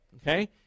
okay